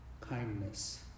kindness